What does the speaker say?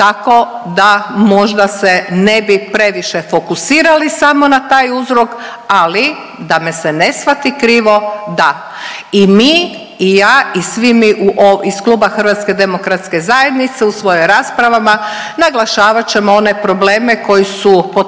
tako da možda se ne bi previše fokusirali samo na taj uzrok, ali da me se ne shvati krivo da i mi i ja i svi mi iz Kluba HDZ-a u svojim raspravama naglašavat ćemo one probleme koji su potencirani